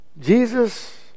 Jesus